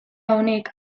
honek